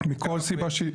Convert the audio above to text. מכל סיבה שהיא.